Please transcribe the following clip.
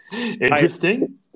Interesting